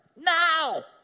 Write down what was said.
now